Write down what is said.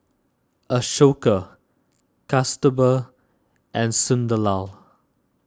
Ashoka Kasturba and Sunderlal